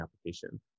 application